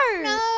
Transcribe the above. No